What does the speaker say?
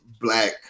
black